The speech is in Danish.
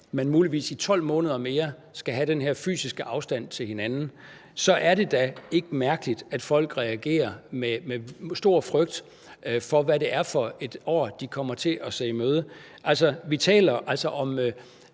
man muligvis i 12 måneder mere skal have den her fysiske afstand til hinanden, så er det da ikke mærkeligt, at folk reagerer med stor frygt for, hvad det er for et år, de kommer til at se i møde. Altså, vi taler om